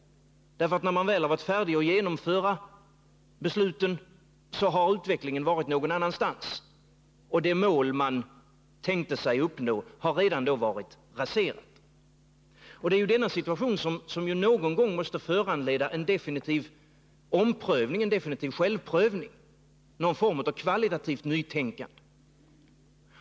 När man väl varit färdig att genomföra besluten har utvecklingen gått vidare, och det mål man tänkte sig att uppnå har då redan varit raserat. Denna situation måste någon gång föranleda en definitiv självprövning och någon form av kvalitativt nytänkande.